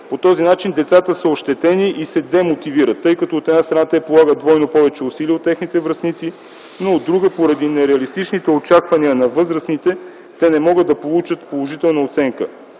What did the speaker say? По този начин децата са ощетени и се демотивират, тъй като от една страна, те полагат двойно повече усилия от техните връстници, но от друга – поради нереалистичните очаквания на възрастните, те не могат да получат положителна оценка.